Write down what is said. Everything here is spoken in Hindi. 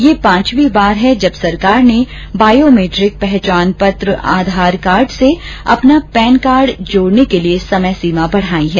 यह पांचवीं बार है जब सरकार ने बॉयोमैट्रिक पहचान पत्र आधार कार्ड से अपना पैन कार्ड जोड़ने के लिए समय सीमा बढ़ाई है